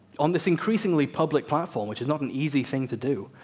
on this increasingly public platform which is not an easy thing to do,